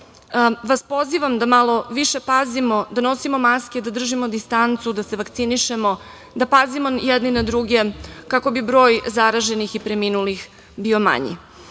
vas pozivam da malo više pazimo, da nosimo maske, da držimo distancu, da se vakcinišemo, da pazimo jedni na druge kako bi broj zaraženih i preminulih bio manji. Mnogo